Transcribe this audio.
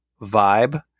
vibe